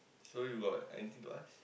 so you got anything to ask